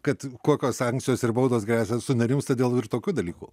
kad kokios sankcijos ir baudos gresia sunerimsta dėl tokių dalykų